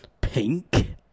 Pink